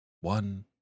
one